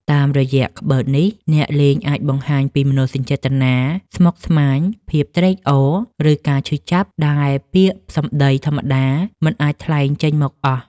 តាមរយៈក្បឺតនេះ អ្នកលេងអាចបង្ហាញពីមនោសញ្ចេតនាស្មុគស្មាញ ភាពត្រេកអរ ឬការឈឺចាប់ដែលពាក្យសម្តីធម្មតាមិនអាចថ្លែងចេញមកអស់។